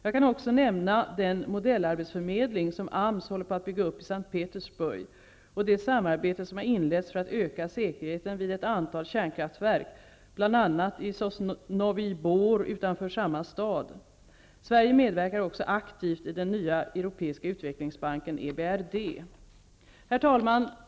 Jag kan också nämna den modellarbetsförmedling som AMS håller på att bygga upp i S:t Petersburg och det samarbete som har inletts för att öka säkerheten vid ett antal kärnkraftverk, bl.a. i Sosnovyj Bor utanför samma stad. Sverige medverkar också aktivt i den nya europeiska utvecklingsbanken EBRD. Herr talman!